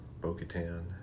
Bo-Katan